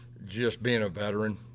just being a veteran,